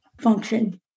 function